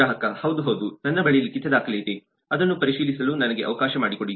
ಗ್ರಾಹಕ ಹೌದು ಹೌದು ನನ್ನ ಬಳಿ ಲಿಖಿತ ದಾಖಲೆ ಇದೆ ಅದನ್ನು ಪರಿಶೀಲಿಸಲು ನನಗೆ ಅವಕಾಶ ಮಾಡಿಕೊಡಿ